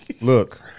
Look